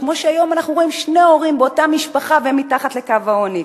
כמו שהיום אנחנו רואים שני הורים באותה משפחה והם מתחת לקו העוני.